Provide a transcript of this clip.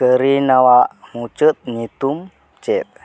ᱠᱟᱨᱤᱱᱟᱣᱟᱜ ᱢᱩᱪᱟᱹᱫ ᱧᱩᱛᱩᱢ ᱪᱮᱫ